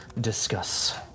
discuss